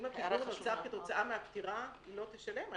אם הריבית נוצרה כתוצאה מהפטירה היא לא תשלם?